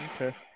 Okay